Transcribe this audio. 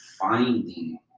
finding